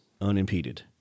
unimpeded